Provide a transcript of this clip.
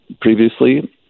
previously